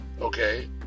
okay